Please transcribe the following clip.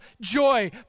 joy